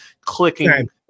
clicking